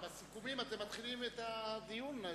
בסיכומים אתם מתחילים את הדיון.